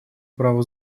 праву